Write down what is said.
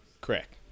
Correct